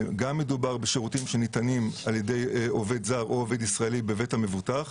מדובר בשירותים שניתנים על ידי עובד זר או עובד ישראלי בבית המבוטח,